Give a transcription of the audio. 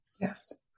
Yes